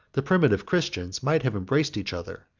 the primitive christians might have embraced each other,